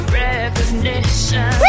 recognition